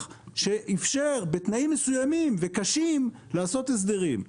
שאפשר בתנאים מסוימים וקשים לעשות הסדרים.